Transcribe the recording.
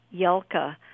Yelka